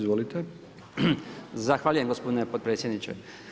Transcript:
Zahvaljujem gospodine potpredsjedniče.